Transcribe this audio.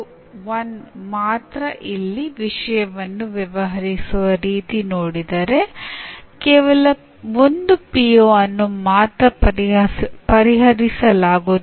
ಆದರೆ ನೀವು ವಿದ್ಯಾರ್ಥಿಯು ಪರಿಣಾಮಗಳನ್ನು ಪಡೆಯಬೇಕು ಎಂದು ಬಯಸಿದರೆ "ಸೂಚನೆ" ಮುಖ್ಯವಾಗುತ್ತದೆ